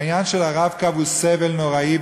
העניין של ה"רב-קו" הוא סבל נוראי,